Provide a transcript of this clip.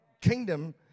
kingdom